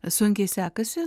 sunkiai sekasi